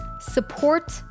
support